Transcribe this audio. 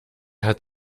hat